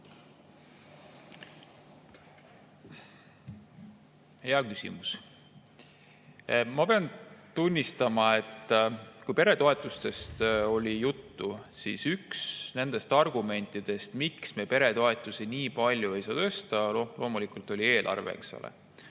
Hea küsimus. Ma pean tunnistama, et kui peretoetustest oli juttu, siis üks nendest argumentidest, miks me peretoetusi nii palju ei saa tõsta, oli loomulikult eelarve, eks ole.